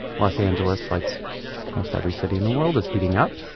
los angeles, like almost every city in the world, is heating up.